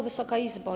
Wysoka Izbo!